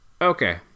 Okay